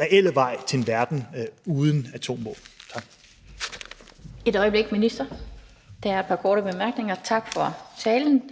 reelle vej til en verden uden atomvåben. Tak. Kl. 16:00 Den fg. formand (Annette Lind): Der er et par korte bemærkninger. Tak for talen.